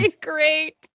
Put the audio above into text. great